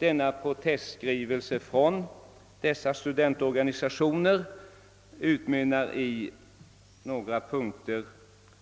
Denna protestskrivelse från studentorganisationerna utmynnar i några punkter: